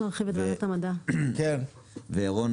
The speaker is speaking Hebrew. ירון